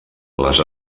les